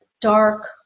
dark